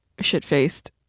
shit-faced